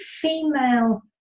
female